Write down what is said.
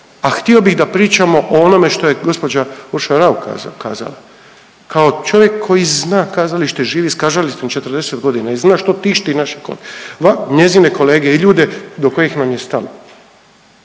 a htio bih da pričamo o onome što je gospođa Urša Raukar kazala kao čovjek koji zna kazalište, živi s kazalištem 40 godina i zna što tišti njezine kolege i ljude do kojih nam je stalo.